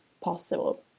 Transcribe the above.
possible